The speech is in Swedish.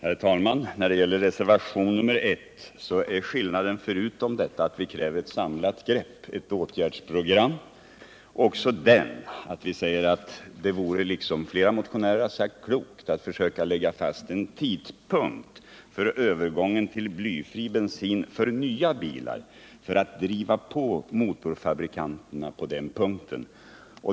Herr talman! När det gäller reservationen 1 är skillnaden mellan oss, förutom att vi kräver ett samlat grepp och ett åtgärdsprogram, också den att vi säger — liksom flera motionärer har sagt — att det vore klokt att försöka lägga fast en tidpunkt för övergången till blyfri bensin för nya bilar för att därigenom driva på motorfabrikanterna på den punkten.